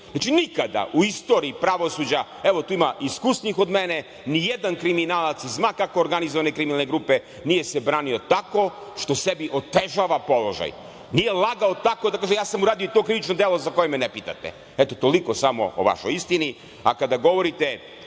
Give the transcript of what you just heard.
Znači, nikada u istoriji pravosuđa, evo, tu ima iskusnijih od mene, nijedan kriminalac iz ma kako organizovane kriminalne grupe, nije se branio tako što sebi otežava položaj. Nije lagao tako da kaže ja sam uradio to krivično delo za koje me ne pitate, eto toliko samo o vašoj istini. Kada govorite